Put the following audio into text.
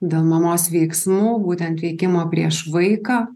dėl mamos veiksmų būtent veikimo prieš vaiką